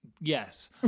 Yes